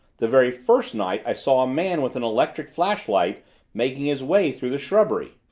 the very first night i saw a man with an electric flashlight making his way through the shrubbery!